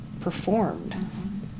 performed